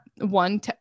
one